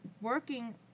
working